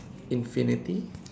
infinity